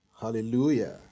hallelujah